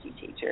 teacher